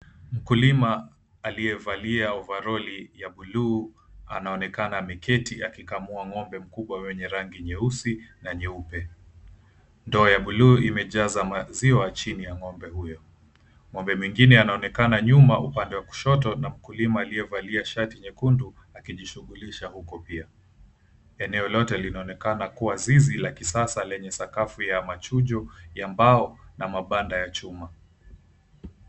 Mkulima alievalia ovaroli ya buluu anaonekana ameketi akimkama ng'ombe mkubwa mwenye rangi nyeusi na nyeupe. Ndoo ya buluu iliyojaa maziwa chini ya ng'ombe huyo. Ng'ombe mwingine anaonekana nyuma upande wa kushoto na mkulima alievalia shati jekundu akijishughulisha huko pia. Eneo lote linaonekana kuwa zizi la kisasa lenye sakafu ya machujo ya mbao na mabanda ya chuma.